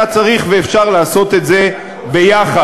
היה צריך ואפשר לעשות את זה יחד,